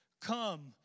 come